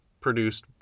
produced